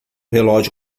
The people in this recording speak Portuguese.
relógio